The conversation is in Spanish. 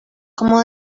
como